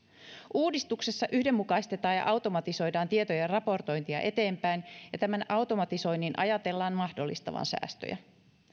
uudistuksessa yhdenmukaistetaan ja automatisoidaan tietoja ja raportointia eteenpäin ja tämän automatisoinnin ajatellaan mahdollistavan säästöjä